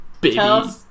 Baby